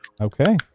Okay